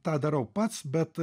tą darau pats bet